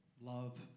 love